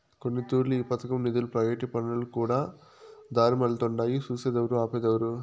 కొన్నితూర్లు ఈ పదకం నిదులు ప్రైవేటు పనులకుకూడా దారిమల్లతుండాయి సూసేదేవరు, ఆపేదేవరు